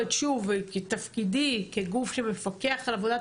ראיתי עם מה אתה מתמודד.